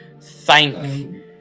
Thank